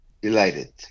Delighted